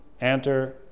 enter